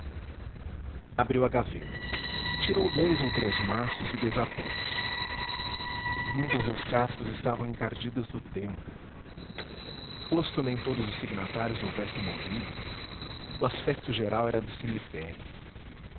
abriu a gaveta tirou dois ou três maços e desatou os muitas das cartas estavam encardidas do tempo posto nem todos os signatários houvessem morrido o aspecto geral era de cemitério